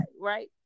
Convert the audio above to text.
right